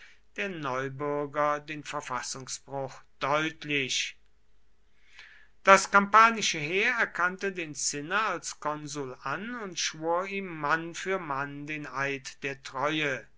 der neubürger den verfassungsbruch deutlich das kampanische heer erkannte den cinna als konsul an und schwor ihm mann für mann den eid der treue